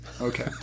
Okay